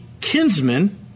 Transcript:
kinsman